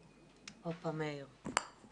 בבקשה.